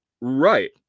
Right